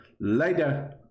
Later